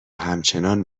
همچنان